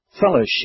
fellowship